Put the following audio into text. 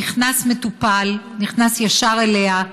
נכנס מטופל, נכנס ישר אליה,